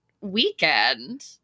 weekend